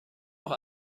auch